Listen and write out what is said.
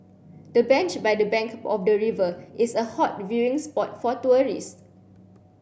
the bench by the bank of the river is a hot viewing spot for tourists